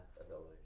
ability